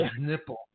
nipple